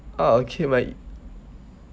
ah okay my